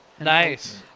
Nice